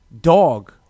dog